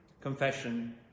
confession